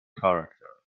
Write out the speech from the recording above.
character